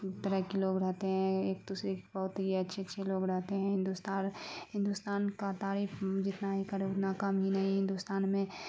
طرح کے لوگ رہتے ہیں ایک دوسرے کے بہت ہی اچھے اچھے لوگ رہتے ہیں ہندوستان ہندوستان کا تعریف جتنا ہی کریں اتنا کم ہی نہیں ہندوستان میں